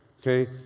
okay